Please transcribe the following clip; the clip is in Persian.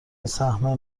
سهم